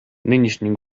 нынешний